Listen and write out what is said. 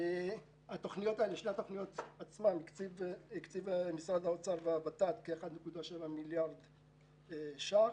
בשתי התוכניות הקציבו משרד האוצר והות"ת כ-1.7 מיליארד ש"ח.